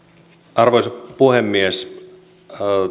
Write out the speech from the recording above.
arvoisa puhemies